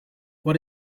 what